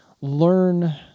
learn